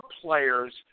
players